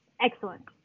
excellent